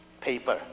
paper